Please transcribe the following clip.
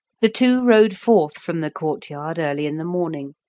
the two rode forth from the courtyard early in the morning,